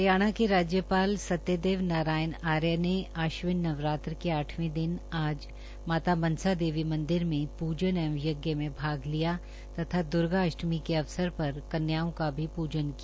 हरियाणा के राज्यपाल सत्यदेव नारायण आर्य ने आश्विन नवरात्र के आठवें दिन आज माता मनसा देवी मंदिर में प्रजन एवं यज्ञ में भाग लिया तथा दुर्गा अष्टमी के अवसर पर कन्याओं का भी पूजन किया